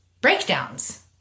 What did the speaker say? breakdowns